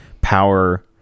power